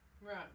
Right